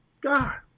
God